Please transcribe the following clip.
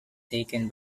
taken